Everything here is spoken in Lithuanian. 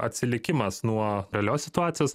atsilikimas nuo realios situacijos